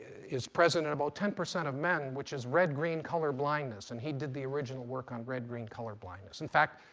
is present in about ten percent of men, which is red-green color blindness. and he did the original work on red-green color blindness. in fact,